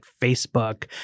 Facebook